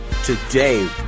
Today